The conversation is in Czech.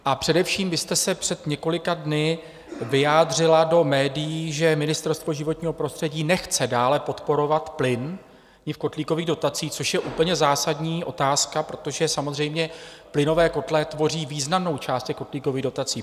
A především vy jste se před několika dny vyjádřila do médií, že Ministerstvo životního prostředí nechce dále podporovat plyn v kotlíkových dotacích, což je úplně zásadní otázka, protože samozřejmě plynové kotle tvoří významnou část kotlíkových dotací.